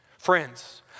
Friends